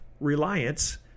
RELIANCE